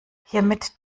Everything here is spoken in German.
hiermit